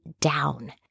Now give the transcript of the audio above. down